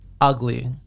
ugly